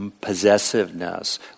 possessiveness